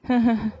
hahaha